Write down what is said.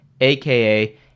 aka